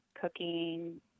cooking